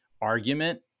argument